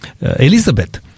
Elizabeth